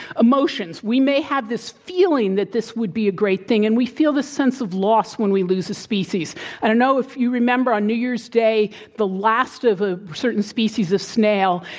emotions we may have this feeling that this would be a great thing, and we feel this sense of loss when we lose a species, and i know, if you remember on new year's day, the last of a certain species of snail,